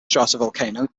stratovolcano